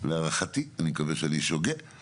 להערכתי אני מקווה שאני שוגה,